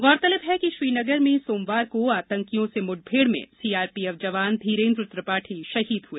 गौरतलब है कि श्रीनगर में सोमवार को आतंकियों से मुठभेड़ में सीआरपीएफ जवान धीरेन्द्र त्रिपाठी शहीद हुए